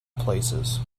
places